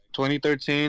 2013